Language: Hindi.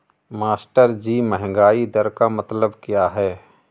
मास्टरजी महंगाई दर का मतलब क्या है?